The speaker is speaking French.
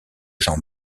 jean